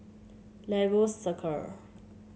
Lagos Circle